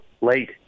late